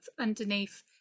underneath